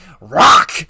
rock